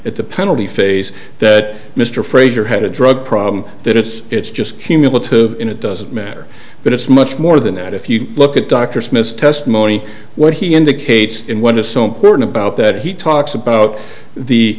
at the penalty phase that mr frazier had a drug problem that it's it's just cumulative and it doesn't matter but it's much more than that if you look at dr smith's testimony what he indicates in what is so important about that he talks about the